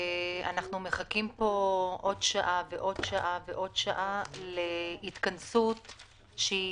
אנחנו מחכים פה עוד שעה ועוד שעה ועוד שעה להתכנסות חשובה.